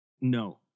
No